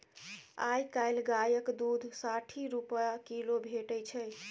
आइ काल्हि गायक दुध साठि रुपा किलो भेटै छै